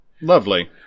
Lovely